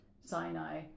Sinai